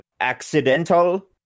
accidental